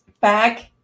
back